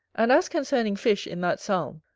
and as concerning fish, in that psalm,